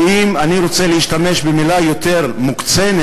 ואם אני רוצה להשתמש במילה יותר מוקצנת,